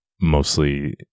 mostly